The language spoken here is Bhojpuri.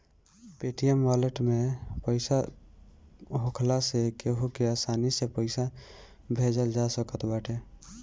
पेटीएम वालेट में पईसा होखला से केहू के आसानी से पईसा भेजल जा सकत बाटे